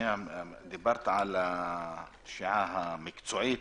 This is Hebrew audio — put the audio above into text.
דברת על הפשיעה המאורגנת המקצועית